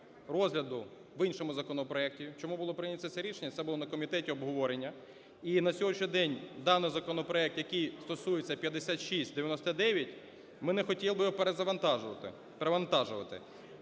розгляду в іншому законопроекті. Чому було прийнято це рішення? Це було на комітеті обговорення, і на сьогоднішній день даний законопроект, який стосується 5699, ми не хотіли його перезавантажувати…